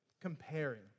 Comparing